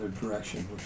direction